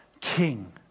king